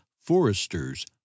foresters